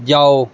ਜਾਓ